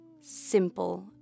simple